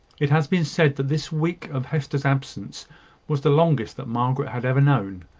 it has been said that this week of hester's absence was the longest that margaret had ever known.